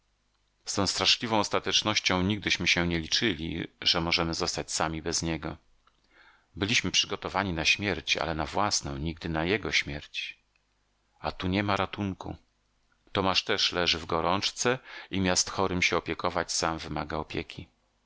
tą straszliwą ostatecznością nigdyśmy się nie liczyli że możemy zostać sami bez niego byliśmy przygotowani na śmierć ale na własną nigdy na jego śmierć a tu nie ma ratunku tomasz też leży w gorączce i miast chorym się opiekować sam wymaga opieki